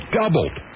doubled